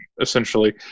essentially